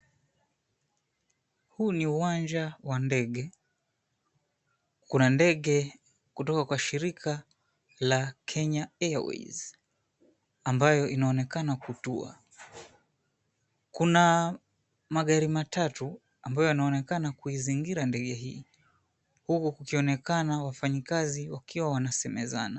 Huu ni uwanja wa ndege. Kuna ndege kutoka kwa shirika la Kenya Airways ambayo inaonekana kutua. Kuna magari matatu ambayo yanaonekana kuizingira ndege hii, huku kukionekana wafanyikazi wakiwa wanasemezana.